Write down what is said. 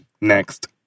Next